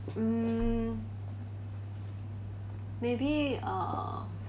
um maybe uh